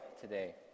today